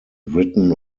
written